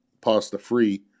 pasta-free